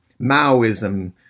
Maoism